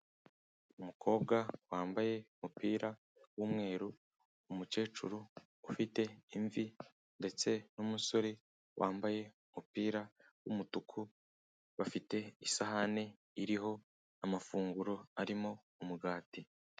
Umukobwa wambaye umupira w'umweru, umukecuru ufite imvi ndetse n'umusore wambaye umupira w'umutuku, bafite isahani iriho amafunguro arimo umugati.